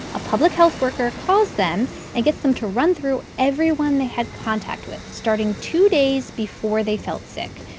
a public health worker calls them and gets them to run through everyone they had contact with, starting two days before they felt sick.